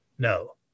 No